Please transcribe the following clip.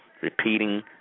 repeating